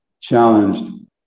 challenged